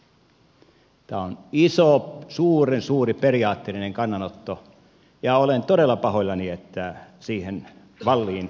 tämä on iso suuren suuri periaatteellinen kannanotto ja olen todella pahoillani että siihen wallin päätyi